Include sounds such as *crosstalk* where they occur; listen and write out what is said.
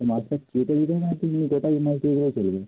মাছটা কেটে দেবে না *unintelligible* করবে